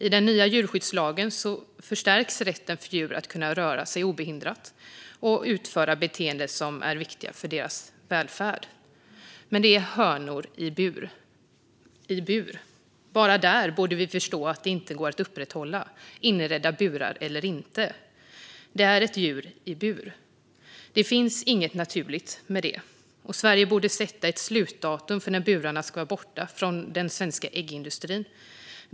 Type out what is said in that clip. I den nya djurskyddslagen förstärks rätten för djur att röra sig obehindrat och utföra beteenden som är viktiga för deras välfärd. Men det är hönor i bur - i bur. Bara där borde vi förstå att detta inte går att upprätthålla, oavsett om det är inredda burar eller inte. Det är ett djur i bur. Det finns inget naturligt med det. Sverige borde sätta ett slutdatum för när burarna ska vara borta från den svenska äggindustrin.